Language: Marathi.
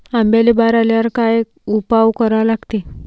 आंब्याले बार आल्यावर काय उपाव करा लागते?